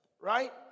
Right